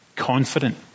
confident